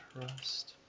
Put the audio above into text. trust